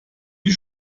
die